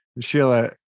Sheila